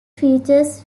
features